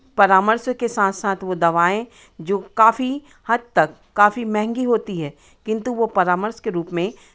परामर्श के साथ साथ वो दवाएँ जो काफ़ी हद तक काफ़ी महेंगी होती है किन्तु वो परामर्श के रूप में